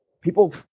people